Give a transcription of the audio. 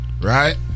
Right